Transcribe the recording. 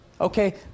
okay